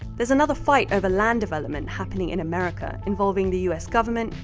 there's another fight over land development happening in america, involving the us government,